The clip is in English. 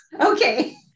Okay